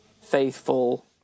faithful